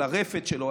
על הרפת שלו,